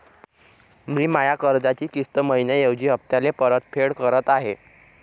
मी माया कर्जाची किस्त मइन्याऐवजी हप्त्याले परतफेड करत आहे